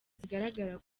zigaragara